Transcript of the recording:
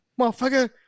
Motherfucker